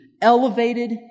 elevated